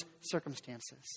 circumstances